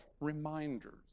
reminders